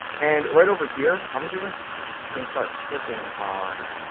and right over here, i'm just gonna start clicking on,